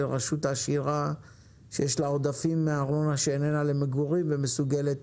לרשות עשירה שיש לה עודפים מארנונה שאיננה למגורים ומסוגלת